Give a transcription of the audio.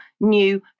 new